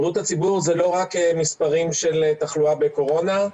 בריאות הציבור זה לא רק מספרים של תחלואה בקורונה.